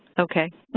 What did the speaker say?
okay.